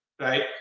right